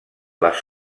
les